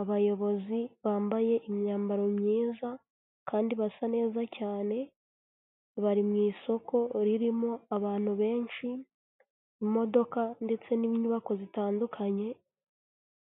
Abayobozi bambaye imyambaro myiza kandi basa neza cyane, bari mu isoko ririmo abantu benshi, imodoka ndetse n'inyubako zitandukanye,